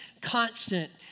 constant